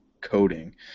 coding